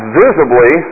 visibly